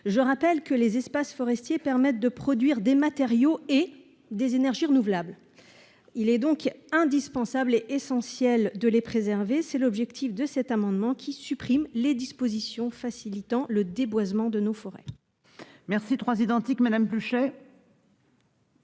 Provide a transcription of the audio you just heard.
nette ». Les espaces forestiers permettent de produire des matériaux et des énergies renouvelables. Il est donc indispensable et essentiel de les préserver. Tel est l'objet de cet amendement, qui vise à supprimer les dispositions facilitant le déboisement de nos forêts. Les trois amendements